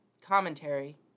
commentary